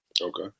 Okay